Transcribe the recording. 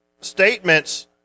statements